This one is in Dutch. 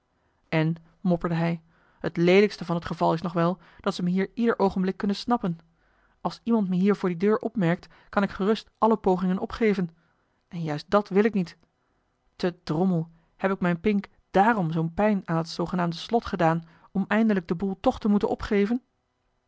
en mopperde hij het leelijkste van t geval is nog wel dat ze me hier ieder oogenblik kunnen snappen als iemand me hier voor die deur opmerkt kan ik gerust alle pogingen opgeven en juist dàt wil ik niet te drommel heb ik m'n pink dààrom zoo'n pijn aan dat zoogenaamde slot gedaan om eindelijk den boel toch te moeten opgeven